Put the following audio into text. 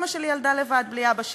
אימא שלי ילדה לבד, בלי אבא שלי.